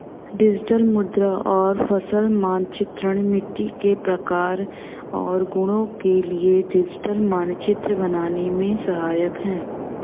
digital मृदा और फसल मानचित्रण मिट्टी के प्रकार और गुणों के लिए डिजिटल मानचित्र बनाने में सहायक है